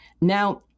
Now